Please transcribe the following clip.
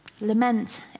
Lament